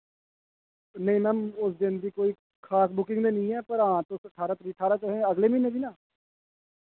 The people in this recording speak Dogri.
नेईं मैम उस दिन दी कोई खास बुकिंग ते नेईं ऐ पर हां तुस ठारां तरीक ठारां तुसें अगले म्हीने दी ना